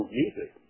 music